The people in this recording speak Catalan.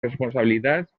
responsabilitats